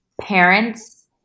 parents